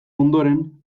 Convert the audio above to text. ondoren